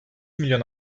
milyon